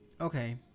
Okay